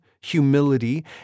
humility